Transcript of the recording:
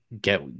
get